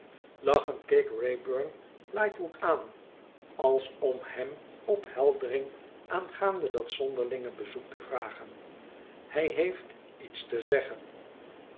keek wraybum lightwood aan als om hem opheldering aangaande dat zonderlinge bezoek te vragen hij heeft iets te zeggen